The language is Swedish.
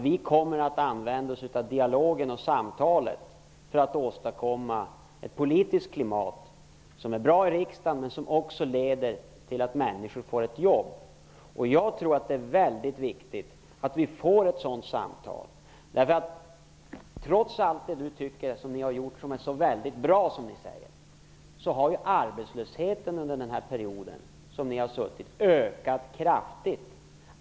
Vi kommer att använda oss av dialogen och samtalet för att åstadkomma ett politiskt klimat som är bra i riksdagen men som också leder till att människor får jobb. Jag tror att det är väldigt viktigt att vi får ett sådant samtal. Trots allt det som ni säger att ni har gjort och som är så väldigt bra har arbetslösheten under er period ökat kraftigt.